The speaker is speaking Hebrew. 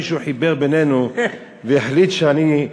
מישהו חיבר בינינו והחליט שאני,